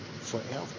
forever